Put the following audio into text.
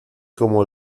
como